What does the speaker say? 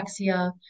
anorexia